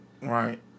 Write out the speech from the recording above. Right